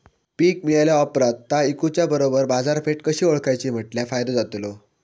पीक मिळाल्या ऑप्रात ता इकुच्या बरोबर बाजारपेठ कशी ओळखाची म्हटल्या फायदो जातलो?